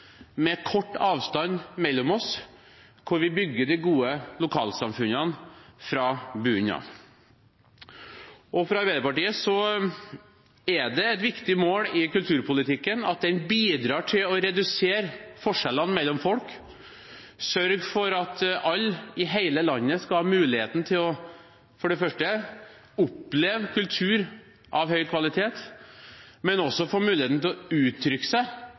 med kort avstand mellom oss – hvordan bygger vi de gode lokalsamfunnene fra bunnen av? For Arbeiderpartiet er det et viktig mål i kulturpolitikken at den bidrar til å redusere forskjellene mellom folk, sørger for at alle i hele landet skal ha muligheten til for det første å oppleve kultur av høy kvalitet, men også få muligheten til å uttrykke seg